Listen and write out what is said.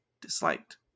disliked